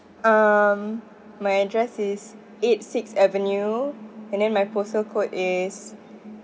um my address is eight sixth avenue and then my postal code is